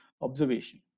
observation